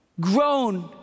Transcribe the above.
grown